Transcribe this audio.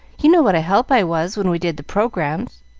you know what a help i was when we did the programmes.